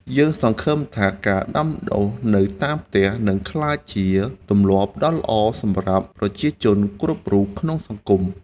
យើងសង្ឃឹមថាការដាំដុះនៅតាមផ្ទះនឹងក្លាយជាទម្លាប់ដ៏ល្អសម្រាប់ប្រជាជនគ្រប់រូបក្នុងសង្គម។